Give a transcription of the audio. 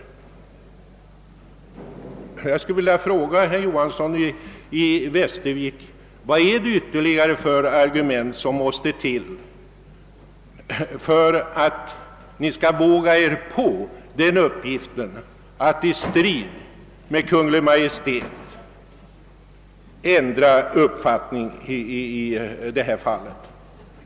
Jag skulle vilja fråga utskottets majoritet: Vad är det ytterligare för argument som erfordras för att ni skall våga er på den uppgiften att i strid med Kungl. Maj:t ändra uppfattning i detta fall?